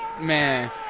Man